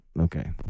okay